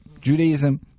Judaism